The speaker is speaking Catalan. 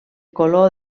color